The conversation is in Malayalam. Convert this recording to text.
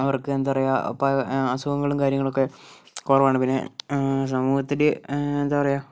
അവർക്ക് എന്താ പറയുക ഇപ്പം അസുഖങ്ങളും കാര്യങ്ങളൊക്കെ കുറവാണ് പിന്നെ സമൂഹത്തില് എന്താ പറയുക